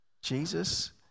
Jesus